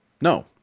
No